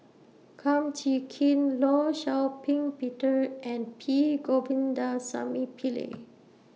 Kum Chee Kin law Shau Ping Peter and P Govindasamy Pillai